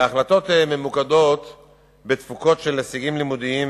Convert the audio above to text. ההחלטות ממוקדות בתפוקות של הישגים לימודיים